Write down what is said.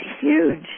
huge